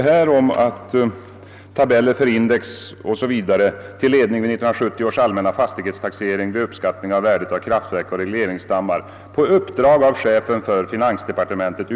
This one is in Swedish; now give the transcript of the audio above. S. v., att tillämpas vid 1970 års allmänna fastighetstaxering vid beskattning av värdet av regleringsdammar, utarbetats på uppdrag av chefen för finansdepartementet.